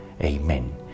Amen